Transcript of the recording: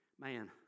Man